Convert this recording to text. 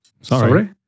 sorry